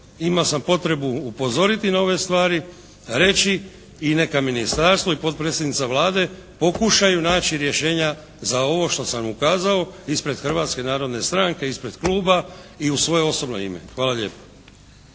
imao sam potrebu upozoriti na ove stvari, reći i neka ministarstvo i potpredsjednica Vlade pokušaju naći rješenja za ovo što sam ukazao ispred Hrvatske narodne stranke, ispred kluba i u svoje osobno ime. Hvala lijepo.